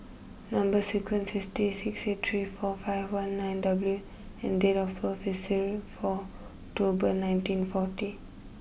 number sequence is T six eight three four five one nine W and date of birth is zero four October nineteen forty